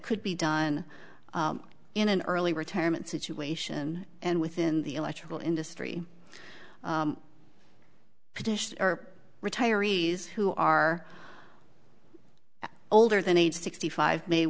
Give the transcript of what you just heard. could be done in an early retirement situation and within the electrical industry position or retirees who are older than age sixty five may